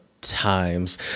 times